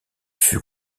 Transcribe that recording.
fut